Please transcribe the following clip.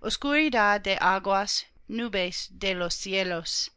oscuridad de aguas nubes de los cielos